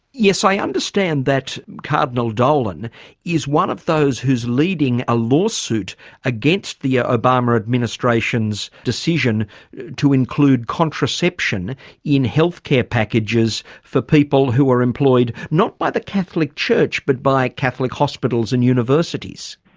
yes. i understand that cardinal dolan is one of those who's leading a lawsuit against the ah obama administration's decision to include contraception in health care packages for people who are employed, not by the catholic church but by catholic hospitals and universities.